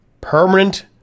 permanent